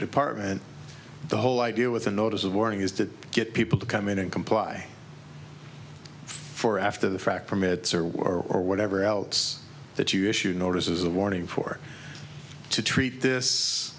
department the whole idea with a notice of warning is to get people to come in and comply for after the fact permits or war or whatever outs that you issue notices a warning for to treat this